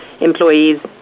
employees